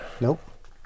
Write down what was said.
Nope